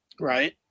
right